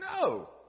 No